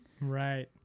right